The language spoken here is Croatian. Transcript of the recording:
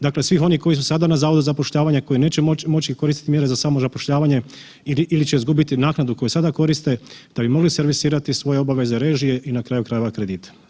Dakle, svih onih koji su sada na zavodu za zapošljavanje koji neće moći koristiti mjere za samozapošljavanje ili će izgubiti naknadu koju sada koriste da bi mogli servisirati svoje obaveze režije i na kraju krajeva kredite.